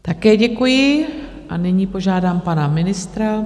Také děkuji a nyní požádám pana ministra.